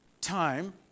time